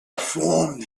formed